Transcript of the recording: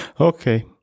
okay